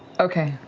okay,